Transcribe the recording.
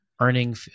earning